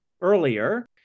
earlier